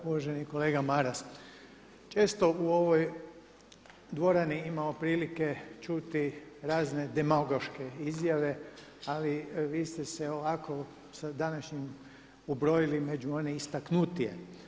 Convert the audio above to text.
Uvaženi kolega Maras, često u ovoj dvorani imamo prilike čuti razne demagoške izjave ali vi ste se ovako sa današnjim ubrojili među one istaknutije.